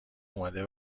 اومده